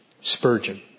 Spurgeon